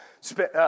spent